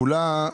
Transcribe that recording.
השנה,